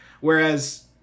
Whereas